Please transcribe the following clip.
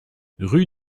rue